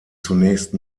zunächst